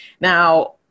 Now